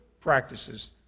practices